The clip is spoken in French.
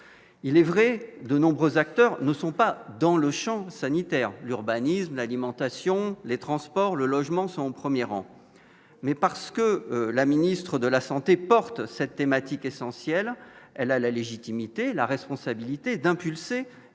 il est vrai, de nombreux acteurs ne sont pas dans le Champ sanitaire, l'urbanisme, l'alimentation, les transports, le logement, son 1er rang mais parce que la ministre de la Santé porte cette thématique essentielle : elle a la légitimité, la responsabilité d'impulser